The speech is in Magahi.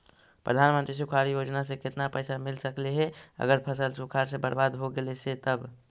प्रधानमंत्री सुखाड़ योजना से केतना पैसा मिल सकले हे अगर फसल सुखाड़ से बर्बाद हो गेले से तब?